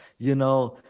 you know,